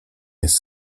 jest